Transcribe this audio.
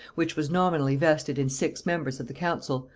which was nominally vested in six members of the council,